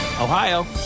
Ohio